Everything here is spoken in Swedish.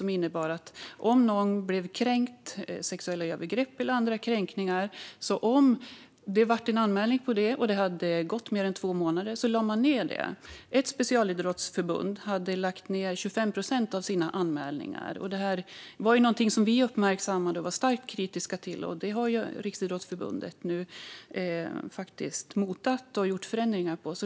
Den innebar att om någon blev kränkt - sexuella övergrepp eller andra kränkningar - och det anmäldes och det gick mer än två månader lades detta ned. Ett specialidrottsförbund hade lagt ned 25 procent av sina anmälningar. Detta var någonting som vi uppmärksammade och var starkt kritiska till. Där har Riksidrottsförbundet nu gjort förändringar.